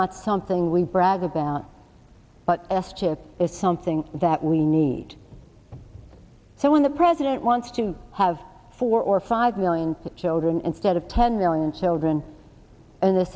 not something we brag about but s chip is something that we need so when the president wants to have four or five million children instead of ten million children in th